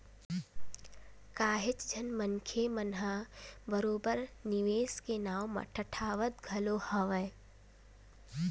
काहेच झन मनखे मन ह बरोबर निवेस के नाव म ठगावत घलो हवय